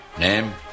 Name